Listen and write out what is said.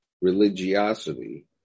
religiosity